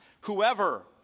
Whoever